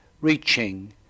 reaching